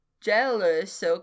jealous